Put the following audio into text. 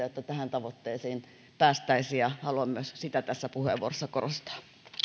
jotta tähän tavoitteeseen päästäisiin ja haluan myös sitä tässä puheenvuorossa korostaa